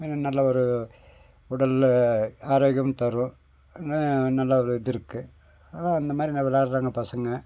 நல்ல ஒரு உடலில் ஆரோக்கியம் தரும் நல்ல ஒரு இது இருக்குது அதெலாம் அந்தமாதிரி நல்லா விளையாட்றாங்க பசங்கள்